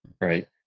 right